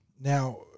Now